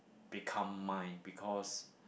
become mine because